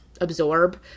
absorb